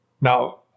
Now